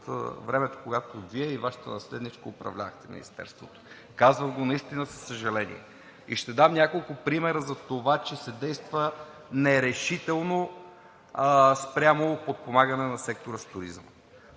времето, когато Вие и Вашата наследничка управлявахте Министерството. Казвам го наистина със съжаление, и ще дам няколко примера за това, че се действа нерешително спрямо подпомагане на сектор „Туризъм“.